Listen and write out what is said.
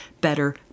better